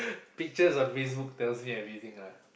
pictures on Facebook tells me everything lah